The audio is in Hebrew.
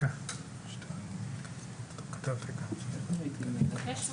ישראל לשעבר, בבקשה.